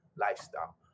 lifestyle